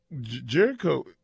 Jericho